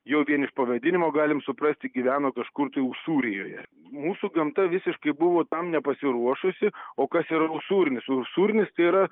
jau vien iš pavadinimo galim suprasti gyveno kažkur tai usūrijoje mūsų gamta visiškai buvo tam nepasiruošusi o kas yra usūrinis usūrinis tai yra